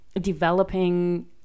developing